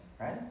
right